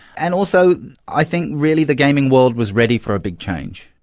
and also i think really the gaming world was ready for a big change.